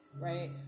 right